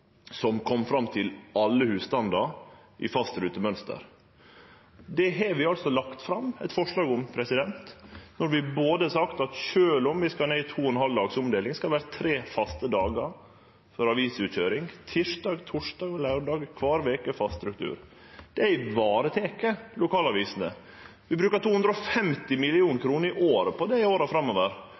kom fram til alle husstandar i eit fast rutemønster. Det har vi altså lagt fram eit forslag om, når vi har sagt at sjølv om vi skal ned i to og ein halv dag med omdeling, skal det vere tre faste dagar for avisutkøyring: tysdag, torsdag og laurdag kvar veke i ein fast struktur. Det varetek lokalavisene. Vi vil bruke 250 mill. kr i året på det i åra framover